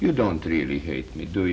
you don't really hate me do